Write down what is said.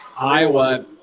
Iowa